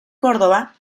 córdoba